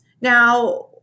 Now